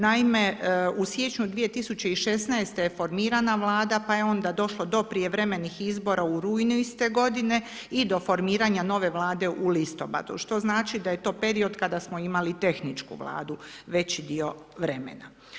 Naime, u siječnju 2016. je formirana Vlada, pa je onda došlo do prijevremenih izbora u rujnu iste godine i do formiranja nove Vlade u listopadu, što znači da je to period kada smo imali tehničku Vladu veći dio vremena.